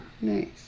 Nice